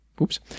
oops